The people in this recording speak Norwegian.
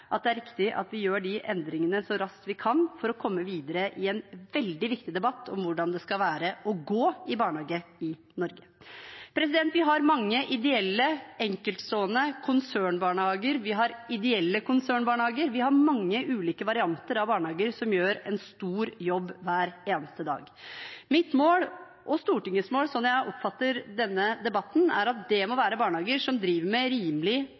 det er riktig at vi gjør de endringene så raskt vi kan for å komme videre i en veldig viktig debatt om hvordan det skal være å gå i barnehage i Norge. Vi har mange ideelle enkeltstående konsernbarnehager, vi har ideelle konsernbarnehager, vi har mange ulike varianter av barnehager som gjør en stor jobb hver eneste dag. Mitt mål og Stortingets mål, sånn jeg oppfatter denne debatten, er at det må være barnehager som driver med rimelig